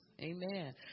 Amen